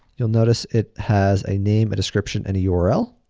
you'll notice it has a name, a description, and a yeah url.